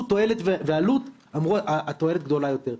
תועלת ועלות אמרו שהתועלת גדולה יותר,